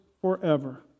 forever